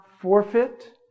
forfeit